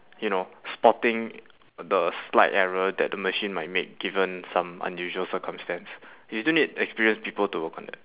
you know spotting the slight error that the machine might make given some unusual circumstance you still need experienced people to find that